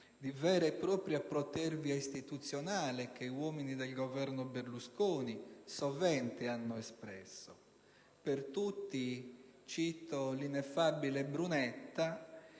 di vera propria protervia istituzionale che uomini del Governo Berlusconi sovente hanno espresso. Cito per tutti l'ineffabile Brunetta